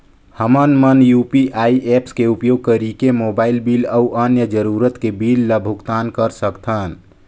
हमन मन UPI apps के उपयोग करिके मोबाइल बिल अऊ अन्य जरूरत के बिल ल भुगतान कर सकथन